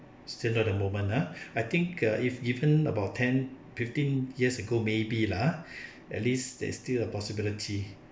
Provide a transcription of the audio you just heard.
still not at the moment ah I think ah if given about ten fifteen years ago may be lah ah at least there is still a possibility